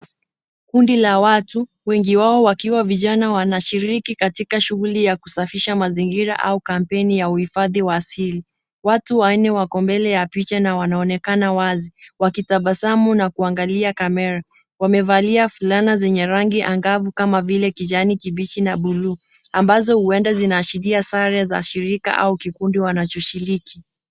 Kundi la watu, wengi wao wakiwa vijana wanashiriki katika shughuli ya kusafisha mazingira au kampeni ya uhifadhi wa asili. Watu wa nne wako mbele ya picha na wanaonekana wazi, wakitabasamu na kuangalia kamera. Wamevalia fulana zenye rangi angavu kama vile kijani, kibichi na buluu, ambazo huenda zinashiria sare za shirika au kikundi wanachoshiriki.